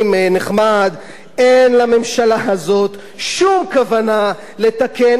אין לממשלה הזאת שום כוונה לתקן שום חוק בעניין,